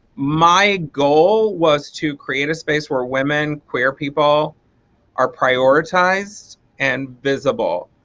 my goal was to create a space where women, queer people are prioritized and visible.